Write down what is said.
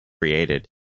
created